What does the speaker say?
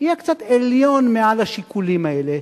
יהיה קצת עליון מעל השיקולים האלה,